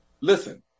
Listen